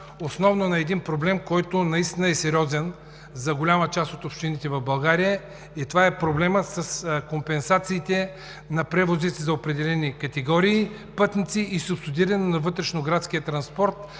спра на един проблем, който наистина е сериозен за голяма част от общините в България, и това е проблемът с компенсациите на превозите за определени категории пътници и субсидиране на вътрешноградския транспорт,